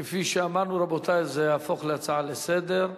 כפי שאמרנו, רבותי, זה יהפוך להצעה לסדר-היום.